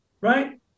right